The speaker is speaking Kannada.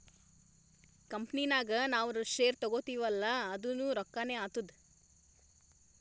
ಕಂಪನಿ ನಾಗ್ ನಾವ್ ಶೇರ್ ತಗೋತಿವ್ ಅಲ್ಲಾ ಅದುನೂ ರೊಕ್ಕಾನೆ ಆತ್ತುದ್